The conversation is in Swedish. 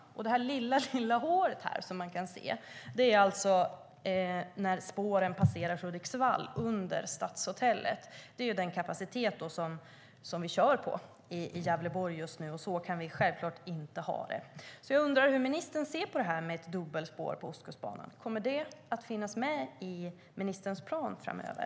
Det lilla hålet som syns på bilden visar var spåren passerar Hudiksvall under stadshotellet. Det är den kapacitet som tågen kör på i Gävleborg just nu. Så kan vi självklart inte ha det. Hur ser ministern på frågan om ett dubbelspår på Ostkustbanan? Kommer det att finnas med i ministerns plan framöver?